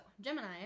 Gemini